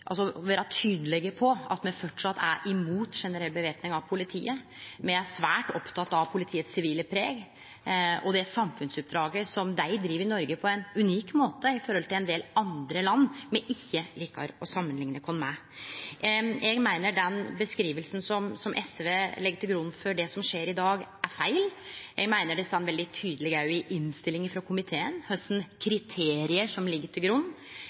unik måte, samanlikna med ein del land me ikkje likar å samanlikne oss med. Eg meiner den beskrivinga som SV legg til grunn for det som skjer i dag, er feil. Eg meiner det står veldig tydeleg i innstillinga frå komiteen kva for kriterium som ligg til grunn.